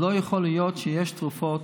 לא יכול להיות שיש תרופות,